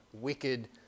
wicked